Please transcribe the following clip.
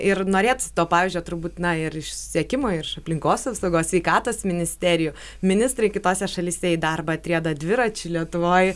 ir norėtųsi to pavyzdžio turbūt na ir iš susisiekimo ir iš aplinkos apsaugos sveikatos ministerijų ministrai kitose šalyse į darbą atrieda dviračiu lietuvoj